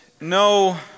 no